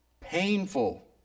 painful